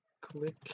click